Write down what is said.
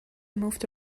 moved